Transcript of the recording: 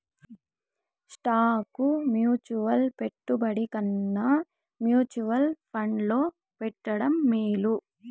stock mutual పెట్టుబడి కన్నా mutual ఫండ్లో పెట్టడం మేలు